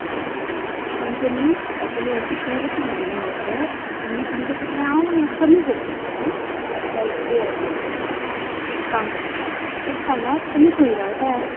आं बरें बरें तुमकां न्ही तुमी असी खूब सांगली नी ऑर्डर म्हणून तुमकां कितें हांव कमी करतलीं हां कित्याक इतली ऑर्डर डिस्कांट आसतलो एक सांगात तुमी खंय रावतात